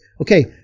Okay